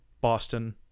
Boston